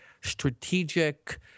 strategic